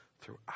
throughout